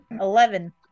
Eleven